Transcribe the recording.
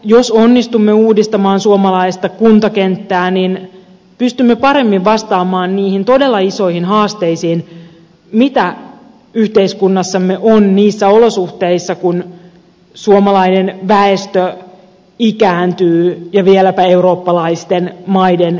jos onnistumme uudistamaan suomalaista kuntakenttää niin pystymme paremmin vastaamaan niihin todella isoihin haasteisiin mitä yhteiskunnassamme on niissä olosuhteissa kun suomalaisen väestö ikääntyy ja vieläpä eurooppalaisten maiden kärkijoukoissa